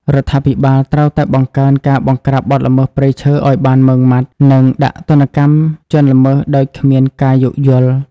រដ្ឋាភិបាលត្រូវតែបង្កើនការបង្រ្កាបបទល្មើសព្រៃឈើឲ្យបានម៉ឺងម៉ាត់ និងដាក់ទណ្ឌកម្មជនល្មើសដោយគ្មានការយោគយល់។